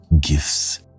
gifts